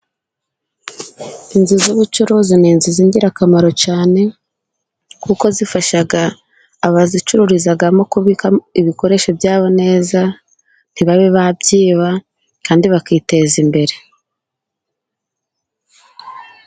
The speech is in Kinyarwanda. Inzu z'ubucuruzi ni inzu z'ingirakamaro cyane， kuko zifasha abazicururizagamo， kubika ibikoresho byabo neza， ntibabe babyiba kandi bakiteza imbere.